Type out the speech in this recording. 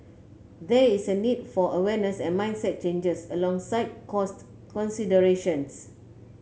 there is a need for awareness and mindset changes alongside cost considerations